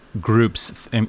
groups